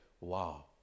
wow